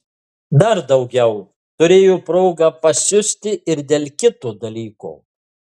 dar daugiau turėjo progą pasiusti ir dėl kito dalyko